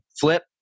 flip